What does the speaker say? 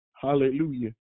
Hallelujah